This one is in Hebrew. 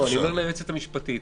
אני אומר ליועצת המשפטית,